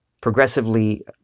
progressively